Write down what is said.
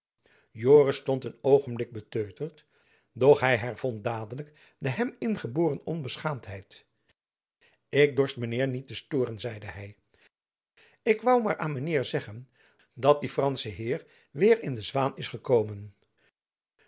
stond een oogenblik beteuterd doch hy hervond dadelijk de hem ingeboren onbeschaamdheid ik dorst men heir niet steuren zeide hy jacob van lennep elizabeth musch ik woû mair an men heir zeggen dat die fransche men heir weir in de zwaen is ekomen